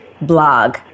blog